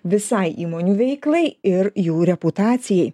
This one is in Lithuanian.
visai įmonių veiklai ir jų reputacijai